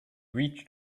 reached